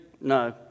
No